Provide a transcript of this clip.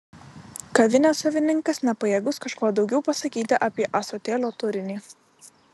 kavinės savininkas nepajėgus kažko daugiau pasakyti apie ąsotėlio turinį